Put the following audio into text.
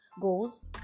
goals